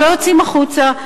הם לא יוצאים החוצה.